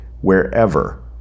wherever